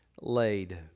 laid